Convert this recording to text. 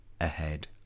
ahead